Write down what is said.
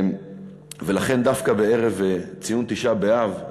ולכן דווקא בערב ציון תשעה באב,